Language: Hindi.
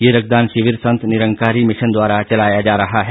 यह रक्तदान शिविर संत निरंकारी मिशन द्वारा लगाया जा रहा है